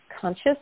conscious